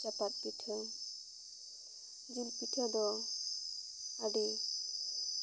ᱪᱟᱛᱟᱨ ᱯᱤᱴᱷᱟᱹ ᱡᱤᱞ ᱯᱤᱴᱷᱟᱹ ᱫᱚ ᱟᱹᱰᱤ